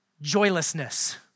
Joylessness